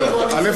א.